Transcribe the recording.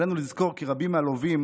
עלינו לזכור כי רבים מהלווים,